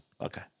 Okay